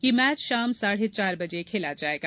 यह मैच शाम साढ़े चार बजे खेला जाएगा